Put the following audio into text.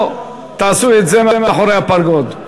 או תעשו את זה מאחורי הפרגוד.